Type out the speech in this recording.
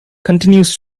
continues